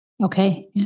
Okay